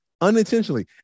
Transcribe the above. unintentionally